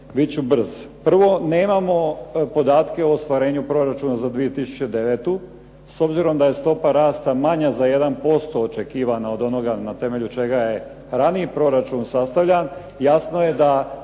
Bit ću brz. Prvo, nemamo podatke o ostvarenju proračuna za 2009. s obzirom da je stopa rasta manja za 1% očekivana od onoga na temelju čega je raniji proračun sastavljan, jasno je da